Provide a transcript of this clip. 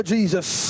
Jesus